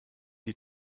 die